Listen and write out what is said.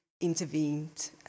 intervened